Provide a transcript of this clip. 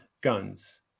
guns